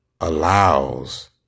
allows